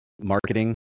marketing